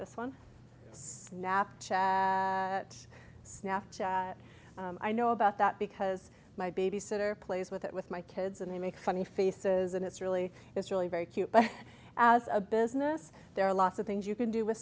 this one snap snap chat i know about that because my babysitter plays with it with my kids and they make funny faces and it's really it's really very cute but as a business there are lots of things you can do with